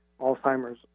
Alzheimer's